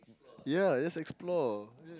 ya just explore yeah